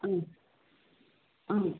ಹಾಂ ಹಾಂ